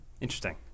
Interesting